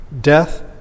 Death